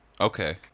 Okay